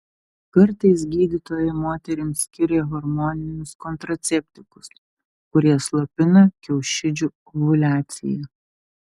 kartais gydytojai moterims skiria hormoninius kontraceptikus kurie slopina kiaušidžių ovuliaciją